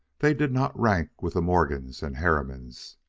they did not rank with the morgans and harrimans.